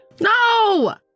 No